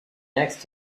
next